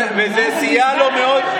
וזה סייע לו מאוד,